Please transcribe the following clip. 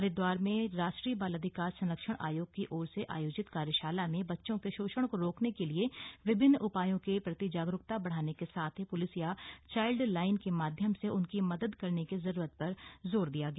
हरिदवार में राष्ट्रीय बाल अधिकार संरक्षण आयोग की ओर से आयोजित कार्यशाला में बच्चों के शोषण को रोकने के लिए विभिन्न उपायों के प्रति जागरूकता बढ़ाने के साथ ही प्लिस या चाइल्ड लाइन के माध्यम से उनकी मदद करने की जरूरत पर जोर दिया गया